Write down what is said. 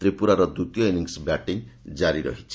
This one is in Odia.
ତ୍ରିପୁରାର ଦ୍ୱିତୀୟ ଇଂନିସ୍ ବ୍ୟାଟିଂ ଜାରି ରହିଛି